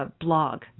Blog